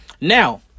Now